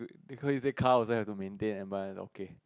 because he say car also have to maintain and okay